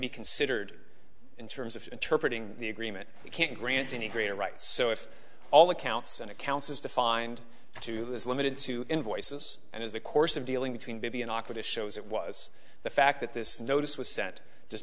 be considered in terms of interpret the agreement he can't grant any greater rights so if all accounts and accounts is defined to is limited to invoices and is the course of dealing between baby and awkward it shows it was the fact that this notice was sent does